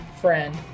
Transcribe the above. friend